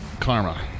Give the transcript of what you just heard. Karma